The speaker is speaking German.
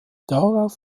darauf